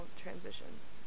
transitions